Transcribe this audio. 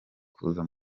kuza